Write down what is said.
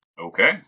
Okay